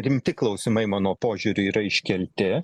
rimti klausimai mano požiūriu yra iškelti